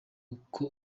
uko